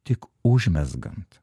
tik užmezgant